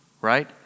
right